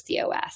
COS